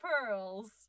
pearls